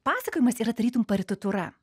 pasakojimas yra tarytum partitūra